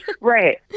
Right